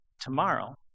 tomorrow